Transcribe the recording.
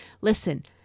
Listen